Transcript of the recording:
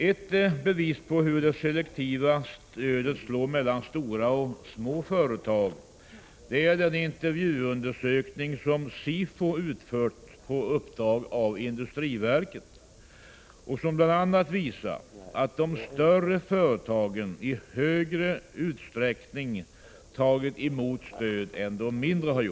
Ett bevis på hur det selektiva stödet slår mellan stora och små företag är den intervjuundersökning som SIFO utfört på uppdrag av industriverket och som bl.a. visar att de större företagen i större utsträckning tagit emot stöd än de mindre.